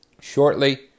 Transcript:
shortly